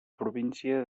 província